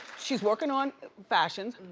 she is working on fashions.